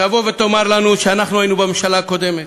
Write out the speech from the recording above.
תבוא ותאמר לנו שאנחנו היינו בממשלה הקודמת.